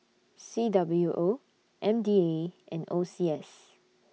C W O M D A and O C S